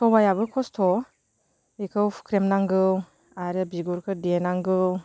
सबाइयाबो खस्थ' बेखौ फुख्रेम नांगौ आरो बिगुरखो देनांगौ